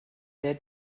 der